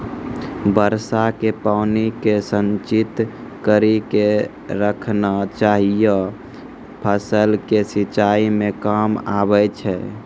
वर्षा के पानी के संचित कड़ी के रखना चाहियौ फ़सल के सिंचाई मे काम आबै छै?